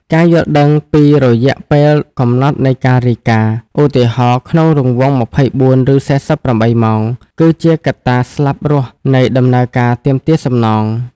ការយល់ដឹងពី រយៈពេលកំណត់នៃការរាយការណ៍ (ឧទាហរណ៍៖ ក្នុងរង្វង់ ២៤ ឬ ៤៨ ម៉ោង) គឺជាកត្តាស្លាប់រស់នៃដំណើរការទាមទារសំណង។